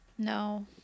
No